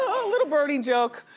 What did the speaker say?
a little bernie joke.